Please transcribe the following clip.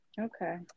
Okay